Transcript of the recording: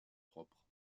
propre